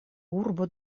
urbo